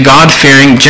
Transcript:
God-fearing